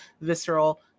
visceral